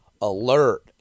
alert